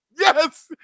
Yes